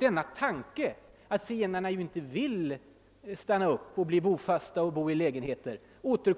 Den tanken att zigenarna inte vill stanna upp och bli bofasta